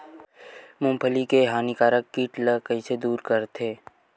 मूंगफली के हानिकारक कीट ला कइसे दूर करथे?